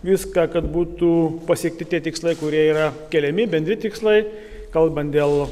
viską kad būtų pasiekti tie tikslai kurie yra keliami bendri tikslai kalbant dėl